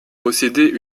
possédé